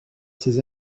ces